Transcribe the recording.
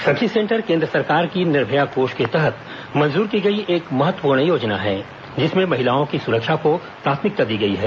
सखी सेंटर केन्द्र सरकार की निर्भया कोष के तहत मंजूर की गई एक महत्वपूर्ण योजना है जिसमें महिलाओं की सुरक्षा को प्राथमिकता दी गई है